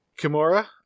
Kimura